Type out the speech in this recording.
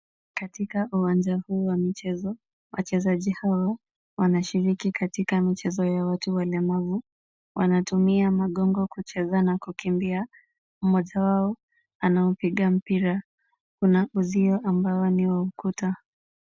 Katika uwanja huu wa michezo, wachezaji hawa wanashiriki katika mchezo ya watu walemavu, wanatumia magongo kucheza na kukimbia. Mmoja wao anaupiga mpira. Kuna uzio ambao ni wa ukuta.